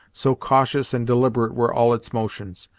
so cautious and deliberate were all its motions.